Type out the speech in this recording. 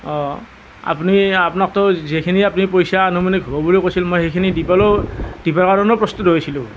আপুনি আপোনাকতো যিখিনি আপুনি পইচা আনুমানিক হ'ব বুলি কৈছিল মই সেইখিনি দিবলৈয়ো দিবৰ কাৰনেও প্ৰস্তুত হৈছিলোঁ